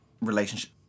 relationship